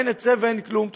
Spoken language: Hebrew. אין היצף ואין כלום,